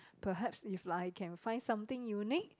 perhaps if like I can find something unique